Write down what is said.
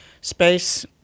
space